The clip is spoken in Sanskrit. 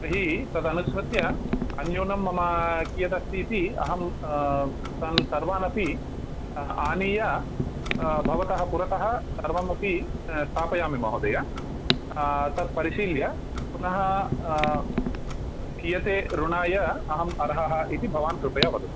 तर्हि तदनुसृत्य अन्यूनं मम कियदस्ति इति अहम् तान् सर्वान् अपि आनीय भवतः पुरतः सर्वम् अपि स्थापयामि महोदया तत् परीशिल्य पुनः कियते ऋणाय अहम् अर्हः इति भवान् कृपया वदतु